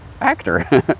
actor